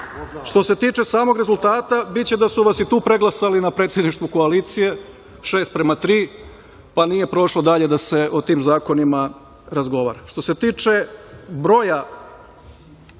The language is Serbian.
se tiče samog rezultata, biće da su vas i tu preglasali na predsedništvu koalicije, šest prema tri, pa nije prošlo dalje da se o tim zakonima razgovara. Što se tiče broja